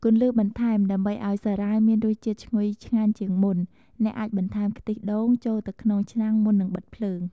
គន្លឹះបន្ថែមដើម្បីឱ្យសារាយមានរសជាតិឈ្ងុយឆ្ងាញ់ជាងមុន អ្នកអាចបន្ថែម ខ្ទិះដូង ចូលទៅក្នុងឆ្នាំងមុននឹងបិទភ្លើង។